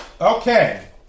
Okay